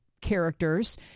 characters